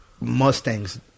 Mustangs